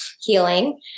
healing